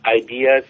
ideas